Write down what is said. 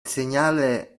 segnale